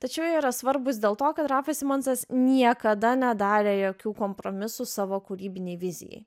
tačiau jie yra svarbūs dėl to kad rafas simonsas niekada nedarė jokių kompromisų savo kūrybinei vizijai